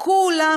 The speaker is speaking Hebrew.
כל הזמן